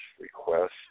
request